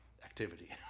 Activity